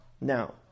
Now